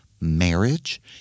Marriage